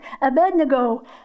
Abednego